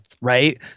right